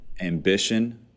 ambition